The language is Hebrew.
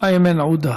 איימן עודה,